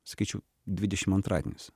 sakyčiau dvidešim antradienis